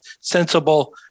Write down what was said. sensible